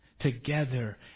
together